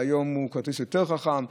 והיום הוא כרטיס יותר חכם,